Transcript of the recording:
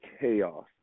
chaos